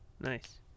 Nice